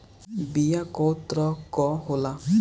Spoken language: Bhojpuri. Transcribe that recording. बीया कव तरह क होला?